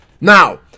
now